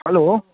hello